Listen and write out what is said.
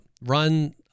run